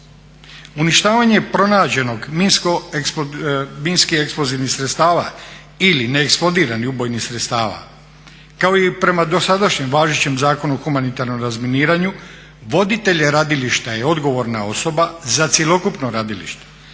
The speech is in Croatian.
Uništavanje pronađenog minskih eksplozivnih sredstava ili neeksplodiranih ubojnih sredstava kao i prema dosadašnjem važećem Zakonu o humanitarnom razminiranju voditelj radilišta je odgovorna osoba za cjelokupno radilište